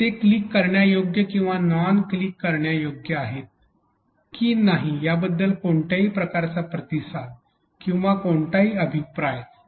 ते क्लिक करण्यायोग्य किंवा नॉन क्लिक करण्यायोग्य आहेत की नाही याबद्दल कोणत्याही प्रकारचा प्रतिसाद किंवा कोणताही अभिप्राय शिकणार्यांना मिळत नाही